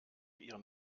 ihren